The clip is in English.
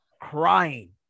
crying